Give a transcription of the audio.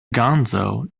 gonzo